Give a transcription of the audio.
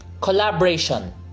Collaboration